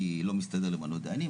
כי לא מסתדר למנות דיינים.